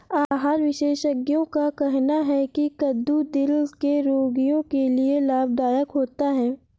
आहार विशेषज्ञों का कहना है की कद्दू दिल के रोगियों के लिए लाभदायक होता है